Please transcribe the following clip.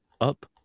Up